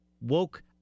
woke